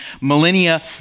millennia